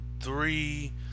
three